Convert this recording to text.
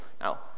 Now